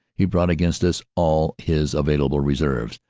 he brought against us all his available reserves,